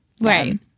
Right